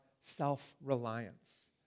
self-reliance